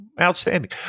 Outstanding